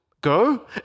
Go